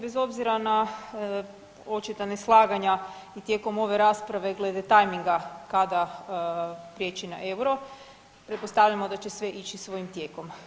Bez obzira na očita neslaganja tijekom ove rasprave glede tajminga kada prijeći na euro, pretpostavljamo da će sve ići svojim tijekom.